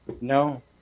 no